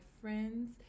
friends